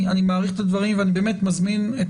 אני מעריך את הדברים ואני באמת מזמין את